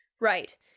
Right